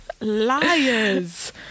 Liars